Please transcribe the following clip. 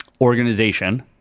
organization